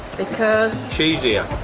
because? cheesier.